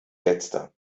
letzter